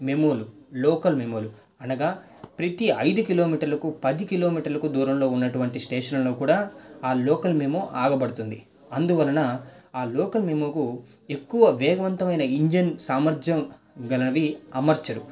మెమోలు local మెమోలు అనగా ప్రతి ఐదు కిలోమీటర్లకు పది కిలోమీటర్లకు దూరంలో ఉన్నటువంటి స్టేషన్లలో కూడా ఆ లోకల్ మెమో ఆగబడుతుంది అందువలన ఆ లోకల్ మెమోకు ఎక్కువ వేగవంతమైన ఇంజన్ సామర్జ్యం గలవి అమర్చరు